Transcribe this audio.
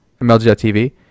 MLG.TV